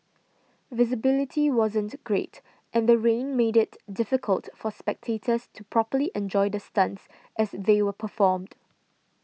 visibility wasn't great and the rain made it difficult for spectators to properly enjoy the stunts as they were performed